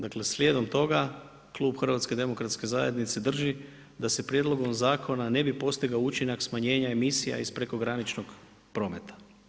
Dakle, slijedom toga, klub HDZ-a drži da se prijedlogom zakona ne bi postigao učinak smanjenja emisija iz prekograničnog prometa.